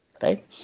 right